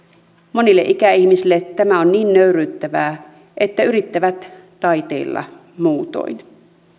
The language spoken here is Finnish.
monille ikäihmisille tämä on niin nöyryyttävää että yrittävät taiteilla muutoin